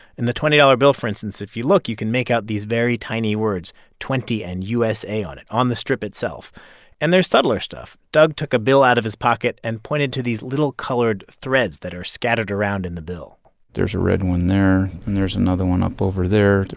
in the twenty dollars bill, for instance, if you look, you can make out these very tiny words twenty and usa on it, on the strip itself and there's subtler stuff. doug took a bill out of his pocket and pointed to these little colored threads that are scattered around in the bill there's a red one there. and there's another one up over there.